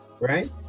right